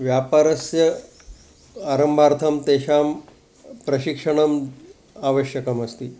व्यापारस्य आरम्भार्थं तेषां प्रशिक्षणम् आवश्यकमस्ति